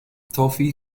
toffee